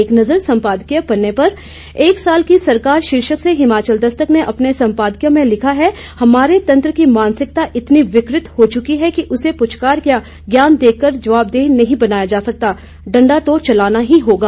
एक नज़र सम्पादकीय पन्ने पर एक साल की सरकार शीर्षक से हिमाचल दस्तक ने अपने संपादकीय में लिखा है हमारे तंत्र की मानसिकता इतनी विकृत हो चुकी है कि उसे पुचकार या ज्ञान देकर जवाबदेह नहीं बनाया जा सकता है डंडा तो चलाना ही होगा